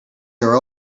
your